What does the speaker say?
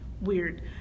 Weird